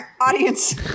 Audience